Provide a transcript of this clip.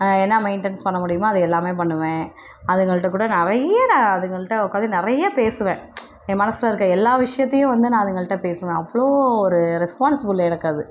என்ன மெயிண்டன்ஸ் பண்ண முடியும் அது எல்லாம் பண்ணுவேன் அதுங்கள்கிட்ட கூட நிறைய நான் அதுங்கள்கிட்ட உட்காந்து நிறைய பேசுவேன் என் மனதில் இருக்கற எல்லாம் விஷயத்தையும் வந்து நான் அதுங்கள்கிட்ட பேசுவேன் அவ்வளோ ஒரு ரெஸ்பான்ஸிபுள் எனக்கு அது